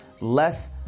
less